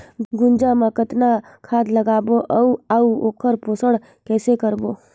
गुनजा मा कतना खाद लगाबो अउ आऊ ओकर पोषण कइसे करबो?